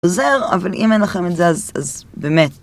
עוזר, אבל אם אין לכם את זה, אז באמת.